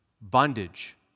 bondage